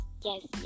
yes